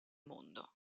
mondo